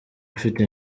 ufite